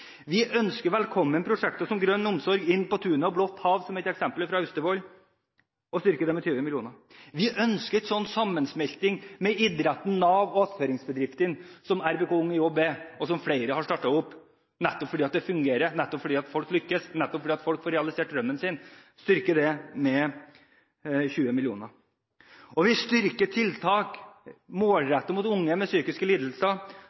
Vi ønsker velkommen prosjekter som Grønn omsorg, Inn på tunet og Blått hav, som er et eksempel fra Austevoll, og styrker disse med 20 mill. kr. Vi ønsker en slik sammensmelting av idretten, Nav og attføringsbedriftene, som RBK – ung i jobb er, og som flere har startet opp, nettopp fordi det fungerer, fordi folk lykkes og får realisert drømmene sine. Vi styrker dette arbeidet med 20 mill. kr. Vi styrker tiltak som er rettet mot unge med psykiske lidelser